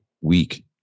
week